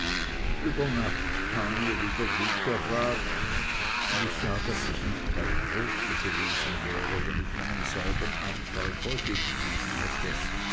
über nacht kam mir wieder guter rat und ich sah daß ich nicht bei troste gewesen wäre wenn ich meinem saubern einfall folge gegeben hätte